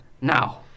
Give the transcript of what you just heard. Now